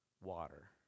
water